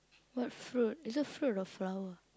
what fruit is it fruit or flower